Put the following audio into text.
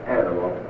animal